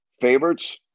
favorites